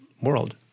world